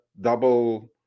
double